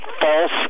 false